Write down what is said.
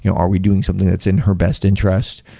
you know are we doing something that's in her best interest?